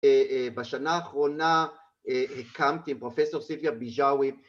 בשנה האחרונה הקמתי עם פרופסור סילביה ביג'אווי